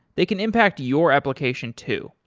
they can impact your application too.